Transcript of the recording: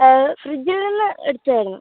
ഫ്രിഡ്ജിൽ നിന്ന് എടുത്ത ആയിരുന്നു